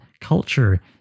culture